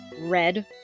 Red